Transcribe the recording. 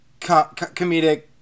comedic